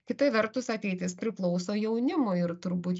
kita vertus ateitis priklauso jaunimui ir turbūt